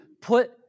put